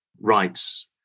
rights